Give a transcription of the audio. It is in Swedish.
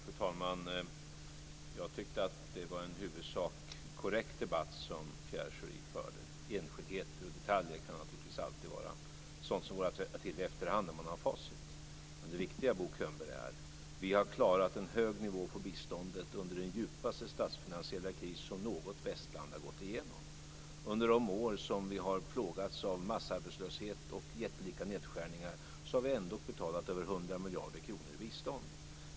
Fru talman! Jag tyckte att det var en i huvudsak korrekt debatt som Pierre Schori förde. Enskildheter och detaljer kan naturligtvis alltid vara sådant som går att rätta till i efterhand när man har facit. Men det viktiga, Bo Könberg, är att vi har klarat en hög nivå på biståndet under den djupaste statsfinansiella kris som något västland har gått igenom. Under de år som vi har plågats av massarbetslöshet och jättelika nedskärningar har vi ändå betalat över 100 miljarder kronor i bistånd.